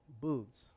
booths